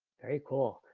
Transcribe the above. very cool.